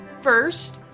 first